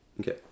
Okay